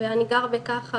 ואני גר בכחל,